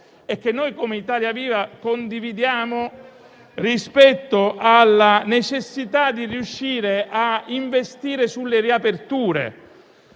e che noi come Italia Viva condividiamo rispetto alla necessità di riuscire a investire sulle riaperture.